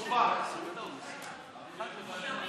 של חברי הכנסת איציק שמולי ועמר בר-לב לסעיף 1 לא נתקבלה.